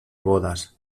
bodas